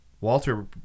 Walter